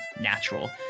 natural